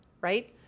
right